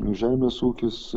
žemės ūkis